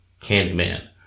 Candyman